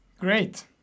Great